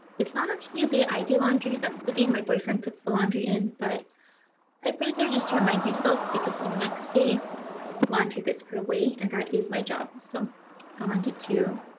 it's not actually a day i do laundry that's the day my boyfriend puts the laundry in but i put it there just to remind myself because the next day laundry gets put away and that is my job so i wanted to